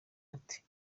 ati